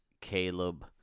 Caleb